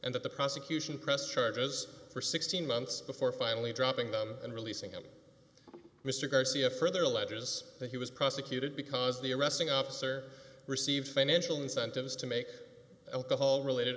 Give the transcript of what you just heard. and that the prosecution pressed charges for sixteen months before finally dropping them and releasing him mr garcia further alleges that he was prosecuted because the arresting officer received financial incentives to make alcohol related